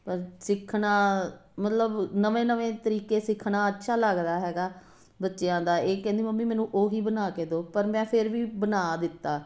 ਪਰ ਸਿੱਖਣਾ ਮਤਲਬ ਨਵੇਂ ਨਵੇਂ ਤਰੀਕੇ ਸਿੱਖਣਾ ਅੱਛਾ ਲੱਗਦਾ ਹੈਗਾ ਬੱਚਿਆਂ ਦਾ ਇਹ ਕਹਿੰਦੀ ਮੰਮੀ ਮੈਨੂੰ ਉਹ ਹੀ ਬਣਾ ਕੇ ਦਿਓ ਪਰ ਮੈਂ ਫਿਰ ਵੀ ਬਣਾ ਦਿੱਤਾ